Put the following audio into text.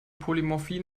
polymorphie